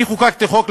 אני חוקקתי חוק,